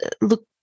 look